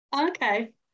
okay